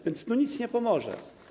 Więc tu nic nie pomoże.